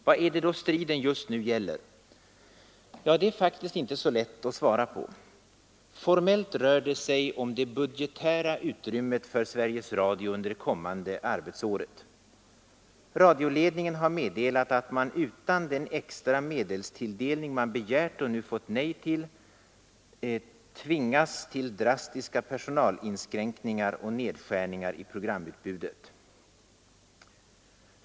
Vad är det då striden just nu gäller? Ja, det är faktiskt inte så lätt att svara på. Formellt rör det sig om det budgetära utrymmet för Sveriges Radio under det kommande arbetsåret. Radioledningen har meddelat att utan den extra medelstilldelning man begärt och nu fått nej till tvingas Sveriges Radio till drastiska personalinskränkningar och nedskärningar i programutbudet.